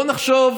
בוא נחשוב,